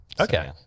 okay